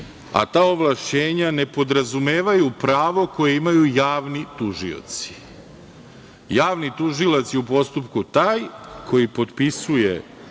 a ta ovlašćenja ne podrazumevaju pravo koje imaju javni tužioci. Javni tužilac je u postupku taj, koji potpisuje